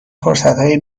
فرصتهای